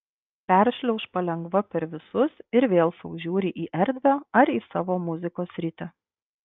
peršliauš palengva per visus ir vėl sau žiūri į erdvę ar į savo muzikos sritį